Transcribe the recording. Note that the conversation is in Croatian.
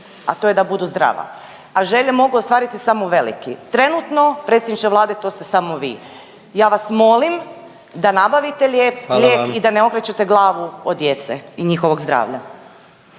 a to je da budu zdrava a želje mogu ostvariti samo veliki. Trenutno predsjedniče Vlade to ste samo vi. Ja vas molim da nabavite lijek i da ne okrećete … …/Upadica predsjednik: Hvala